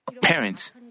parents